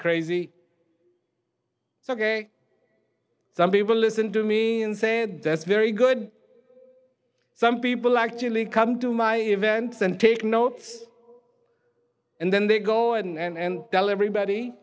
it's ok some people listen to me and said that's very good some people actually come to my events and take notes and then they go in and tell everybody